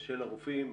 של הרופאים.